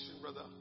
Brother